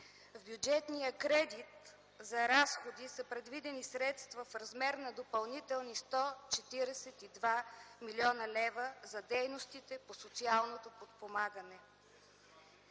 В бюджетния кредит за разходи са предвидени средства в размер на допълнителни 142 млн. лв. за дейностите по социалното подпомагане.